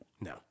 No